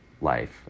life